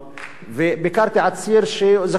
ביקרתי עציר שזקוק לניתוח לב.